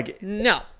No